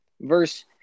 Verse